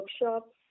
workshops